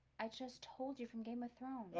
i just told you from game of thrones.